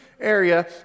area